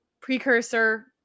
precursor